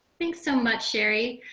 thanks so much, sherri.